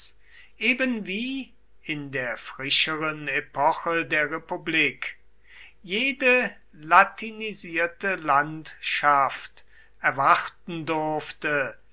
ebenwie in der frischeren epoche der republik jede latinisierte landschaft erwarten durfte